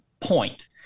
point